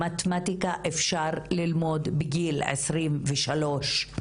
מתמטיקה אפשר ללמוד בגיל עשרים ושלוש,